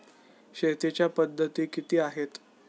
शेतीच्या पद्धती किती आहेत?